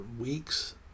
weeks